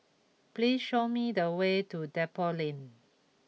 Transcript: please show me the way to Depot Lane